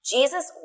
Jesus